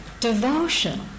devotion